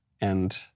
And-